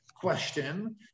question